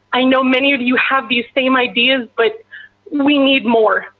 i know many of you have the same ideas, but we need more.